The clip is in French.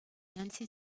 nancy